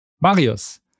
Marius